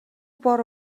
бор